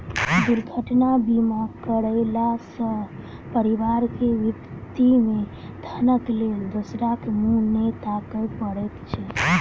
दुर्घटना बीमा करयला सॅ परिवार के विपत्ति मे धनक लेल दोसराक मुँह नै ताकय पड़ैत छै